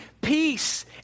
peace